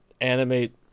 animate